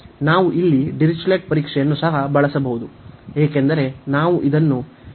ನಾವು ಇಲ್ಲಿ ಡಿರಿಚ್ಲೆಟ್ ಪರೀಕ್ಷೆಯನ್ನು ಸಹ ಬಳಸಬಹುದು ಏಕೆಂದರೆ ನಾವು ಇದನ್ನು ತೆಗೆದುಕೊಳ್ಳಬಹುದು